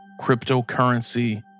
cryptocurrency